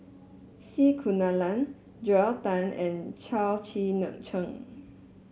C Kunalan Joel Tan and Chao Tzee Neng Cheng